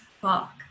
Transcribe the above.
fuck